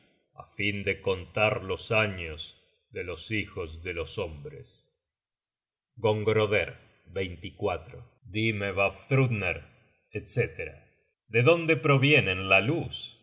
á fin de contar los años de los hijos de los hombres gongroder dime vafthrudner etc de dónde provienen la luz